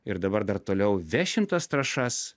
ir dabar dar toliau vešim tas trąšas